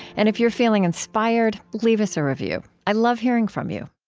and if you're feeling inspired, leave us a review. i love hearing from you